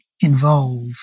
involve